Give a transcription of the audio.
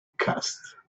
cast